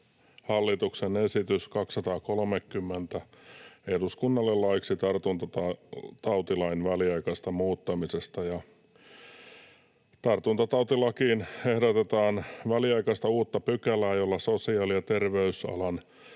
hallituksen esitys HE 230 eduskunnalle laiksi tartuntatautilain väliaikaisesta muuttamisesta, ja tartuntatautilakiin ehdotetaan väliaikaista uutta pykälää, jolla sosiaali- ja terveysalan